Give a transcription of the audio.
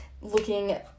looking